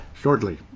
shortly